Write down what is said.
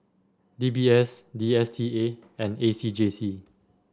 D B S D S T A and A C J C